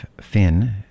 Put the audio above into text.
Finn